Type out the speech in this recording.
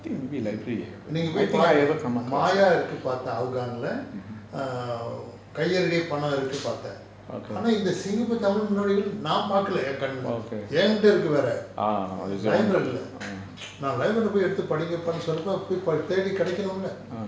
நீங்க படித்து பாருங்க:ninga padithu paarunge maaya இருக்கு பாத்தா:iruku paatha hougang err கை அருகே பணம் இருக்கு பார்த்தேன் ஆனா இந்த:kai aruge panam iruku parthaen aana intha singapore tamil முன்னோடிகள் நா பாக்கலே என் கண் என்ட இருக்கு வேற:munnodigal naa paakalae en kann enda iruku vera library leh நா:naa library leh எடுத்து படிங்கப்பான்டு சொன்னப்ப தேடி கெடைகனும்ல:eduthu padingappandu sonnappa thedi kedaikanumla